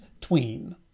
tween